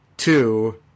two